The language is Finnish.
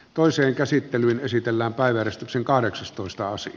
toiseen käsittelyyn esitellään vain eristyksen kahdeksas toista asti